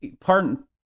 pardon